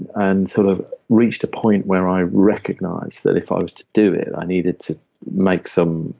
and sort of reached a point where i recognized that if i was to do it, i needed to make some